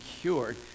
cured